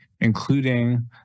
including-